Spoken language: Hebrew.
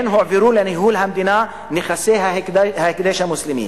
כן הועברו לניהול המדינה נכסי ההקדש המוסלמי.